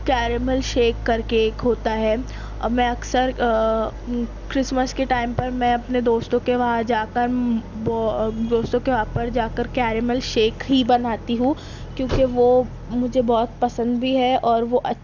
caramel shake کر کے ایک ہوتا ہے میں اکثر کرسمس کے ٹائم پر میں اپنے دوستوں کے وہاں جا کر وہ دوستوں کے وہاں پر جا کر کیریمل شیک ہی بناتی ہوں کیونکہ وہ مجھے بہت پسند بھی ہے اور وہ